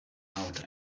out